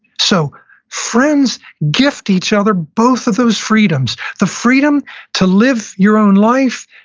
so friends gift each other both of those freedoms, the freedom to live your own life,